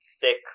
thick